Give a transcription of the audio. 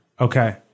Okay